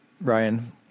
Ryan